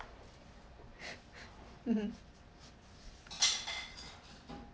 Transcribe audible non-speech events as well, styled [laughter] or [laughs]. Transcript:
[laughs] mmhmm [noise]